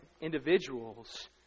individuals